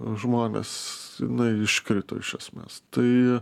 žmonės jinai iškrito iš esmės tai